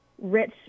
rich